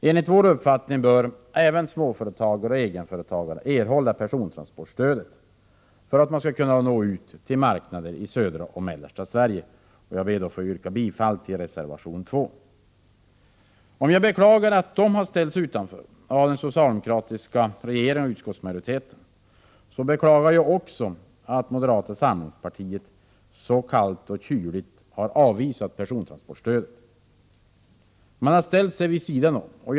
Enligt vår uppfattning bör även småföretagare och egenföretagare erhålla persontransportstöd för att man skall kunna nå ut till marknader i södra och mellersta Sverige. Jag ber att få yrka bifall till reservation 2. Om jag beklagar att de har ställts utanför av den socialdemokratiska regeringen och utskottsmajoriteten, så beklagar jag också att moderata samlingspartiet så kallt och kyligt har avvisat persontransportstödet. Man har ställt sig vid sidan om det.